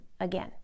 again